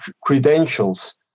credentials